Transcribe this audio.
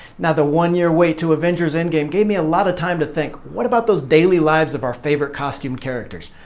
now the one-year wait to avengers endgame gave me a lot of time to think, what about the daily lives of our favorite costumed characters?